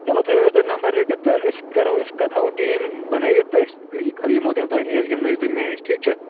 چلو تھٲیو حظ تُہۍ نمبر رٔٹِتھ تہٕ أسۍ کَرو أسۍ کَتہِ تھاوَو ٹیٖم بَنٲوِتھ تہٕ أسۍ یہِ کَرو یِمو تیٚلہِ تۄہہِ نِش أسۍ گِنٛدنٲیِو تُہۍ مَیچ ٹھیٖک چھا